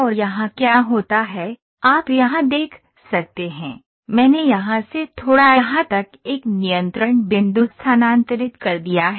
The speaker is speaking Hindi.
और यहाँ क्या होता है आप यहाँ देख सकते हैं मैंने यहाँ से थोड़ा यहाँ तक एक नियंत्रण बिंदु स्थानांतरित कर दिया है